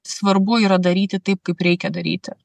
svarbu yra daryti taip kaip reikia daryti